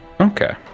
Okay